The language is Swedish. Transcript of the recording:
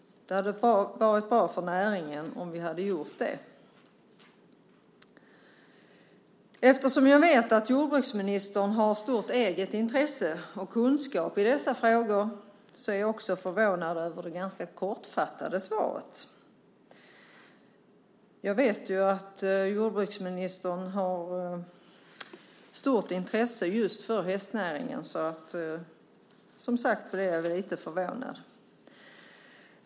Det hade varit bra för näringen om vi hade gjort det. Eftersom jag vet att jordbruksministern har ett stort eget intresse för och stor kunskap i dessa frågor är jag också förvånad över det ganska kortfattade svaret. Jag vet ju att jordbruksministern har ett stort intresse just för hästnäringen, så därför blev jag som sagt lite förvånad.